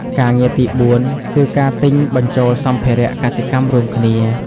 ការងារទីបួនគឺ ការទិញបញ្ចូលសម្ភារៈកសិកម្មរួមគ្នា។